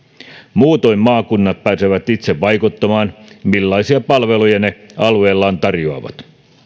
muutoin maakunnat pääsevät itse vaikuttamaan millaisia palveluja ne alueellaan tarjoavat